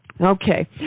Okay